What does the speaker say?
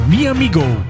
Miamigo